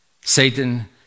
Satan